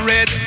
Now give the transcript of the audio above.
Red